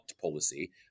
policy